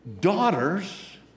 daughters